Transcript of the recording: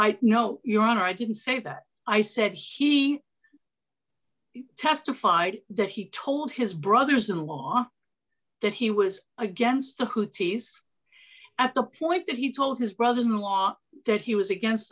group no your honor i didn't say that i said he testified that he told his brothers in law that he was against the cooties at the point that he told his brother in law that he was against